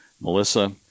Melissa